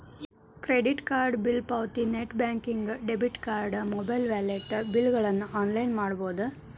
credit card bill ಪಾವತಿ net banking debit card mobile wallet ಬಿಲ್ಗಳನ್ನ online ಮಾಡಬೋದ್